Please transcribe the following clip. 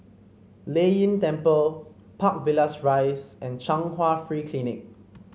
Lei Yin Temple Park Villas Rise and Chung Hwa Free Clinic